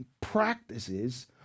practices